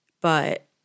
But-